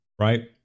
right